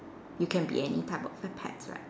we can be any type of the pets right